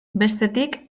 bestetik